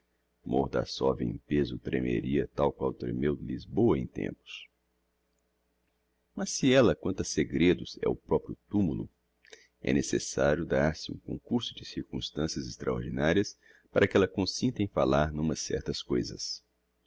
mordassov em pêso tremeria tal qual tremeu lisboa em tempos mas se ella quanto a segredos é o proprio tumulo é necessario dar-se um concurso de circumstancias extraordinarias para que ella consinta em falar n'umas certas coisas